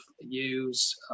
use